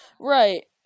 right